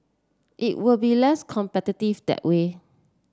it will be less competitive that way